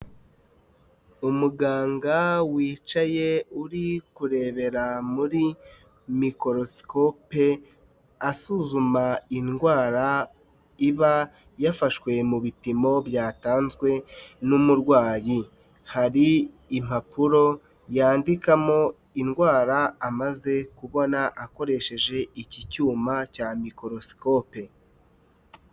Umuganga wicaye uri kurebera muri mikorosikope, asuzuma indwara iba yafashwe mu bipimo byatanzwe n'umurwayi. Hari impapuro yandikamo indwara amaze kubona akoresheje iki cyuma cya mikorosikope.